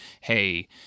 hey